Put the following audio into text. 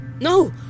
No